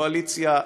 קואליציה,